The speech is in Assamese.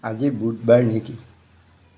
আজি বুধবাৰ নেকি